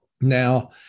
now